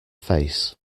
face